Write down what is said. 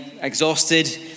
exhausted